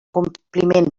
compliment